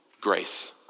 Grace